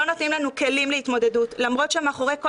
לא נותנים לנו כלים להתמודדות למרות שמאחורי כל